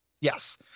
Yes